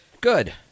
Good